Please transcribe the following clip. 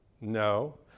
no